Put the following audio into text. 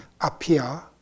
appear